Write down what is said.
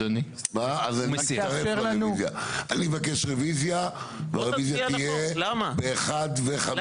אני מבקש רוויזיה, היא תהיה ב-13:50.